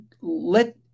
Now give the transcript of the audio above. Let